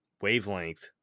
wavelength